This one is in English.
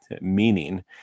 meaning